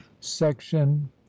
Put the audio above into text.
Section